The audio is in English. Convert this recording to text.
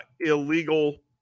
illegal